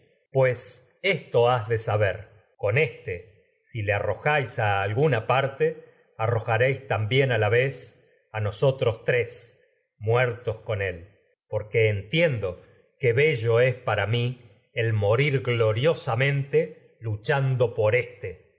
esto has de saber con éste si le arrojáis a alguna tres parte arrojaréis con también a la vez entiendo que nosotros muertos él porque bello es para no mí por el tu morir gloriosamente luchando por éste